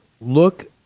look